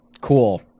Cool